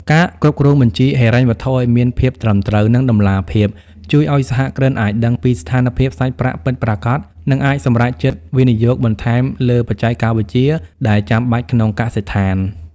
ការគ្រប់គ្រងបញ្ជីហិរញ្ញវត្ថុឱ្យមានភាពត្រឹមត្រូវ និងតម្លាភាព ជួយឱ្យសហគ្រិនអាចដឹងពីស្ថានភាពសាច់ប្រាក់ពិតប្រាកដ និងអាចសម្រេចចិត្តវិនិយោគបន្ថែមលើបច្ចេកវិទ្យាដែលចាំបាច់ក្នុងកសិដ្ឋាន។